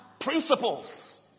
principles